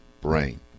brain